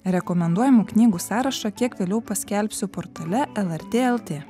rekomenduojamų knygų sąrašą kiek vėliau paskelbsiu portale lrt lt